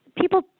people